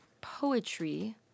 poetry